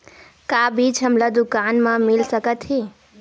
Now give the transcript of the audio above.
का बीज हमला दुकान म मिल सकत हे?